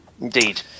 Indeed